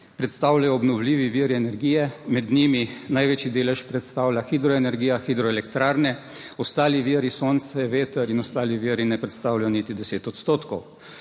predstavljajo obnovljivi viri energije, med njimi največji delež predstavlja hidroenergija hidroelektrarne, ostali viri sonce, veter in ostali viri ne predstavljajo niti 10 odstotkov.